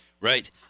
Right